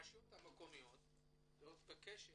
אני מציע שהרשויות המקומיות יהיו בקשר